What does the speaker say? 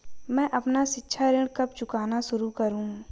मैं अपना शिक्षा ऋण कब चुकाना शुरू करूँ?